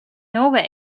norway